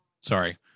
Sorry